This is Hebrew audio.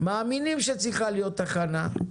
מאמינים שצריכה להיות תחנה,